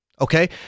Okay